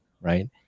right